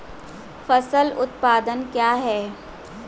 फसल उत्पादन क्या है?